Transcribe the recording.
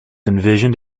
envisioned